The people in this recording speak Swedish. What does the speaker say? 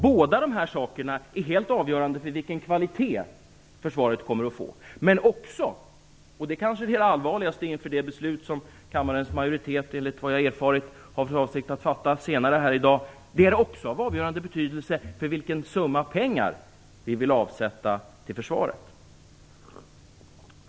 Båda dessa saker är helt avgörande för vilken kvalitet försvaret kommer att få, och de är också - och det är kanske det allvarligaste inför det beslut som kammarens majoritet, enligt vad jag erfarit, senare i dag har för avsikt att fatta - av avgörande betydelse för den summa pengar som vi vill avsätta till försvaret.